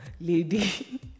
lady